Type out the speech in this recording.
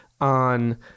on